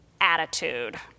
attitude